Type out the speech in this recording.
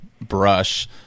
brush